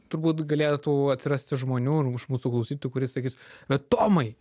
turbūt galėtų atsirasti žmonių ir m iš mūsų klausytojų kurie sakys bet tomai